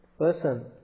person